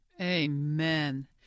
Amen